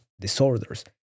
disorders